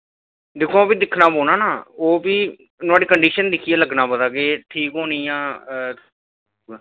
ते भी दिक्खना पौना ना ओह् ते नुहाड़ी कंडीशन दिक्खियै लग्गनी पतै की ना